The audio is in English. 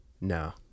No